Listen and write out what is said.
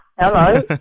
hello